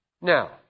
Now